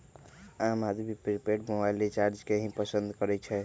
आम आदमी prepaid mobile recharge के ही पसंद करई छई